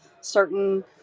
certain